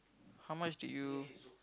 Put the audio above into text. how much did you